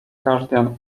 guardian